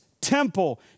temple